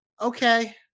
okay